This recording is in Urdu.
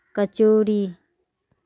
کچوری